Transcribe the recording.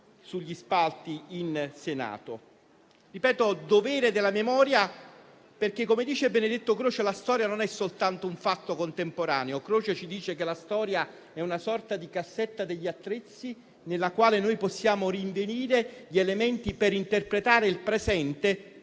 l'espressione il dovere della memoria, perché - come dice Benedetto Croce - la storia non è soltanto un fatto contemporaneo. Croce ci dice che la storia è una sorta di cassetta degli attrezzi, nella quale possiamo rinvenire gli elementi per interpretare il presente